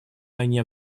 они